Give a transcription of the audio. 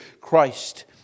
Christ